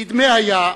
נדמה היה,